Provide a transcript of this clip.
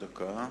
עוד דקה.